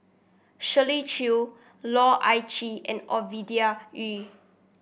Shirley Chew Loh Ah Chee and Ovidia Yu